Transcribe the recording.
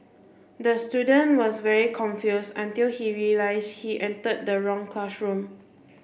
the student was very confuse until he realise he entered the wrong classroom